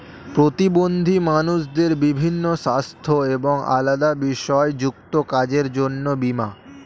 প্রতিবন্ধী মানুষদের বিভিন্ন সাস্থ্য এবং আলাদা বিষয় যুক্ত কাজের জন্য বীমা